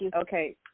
okay